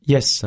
Yes